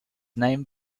name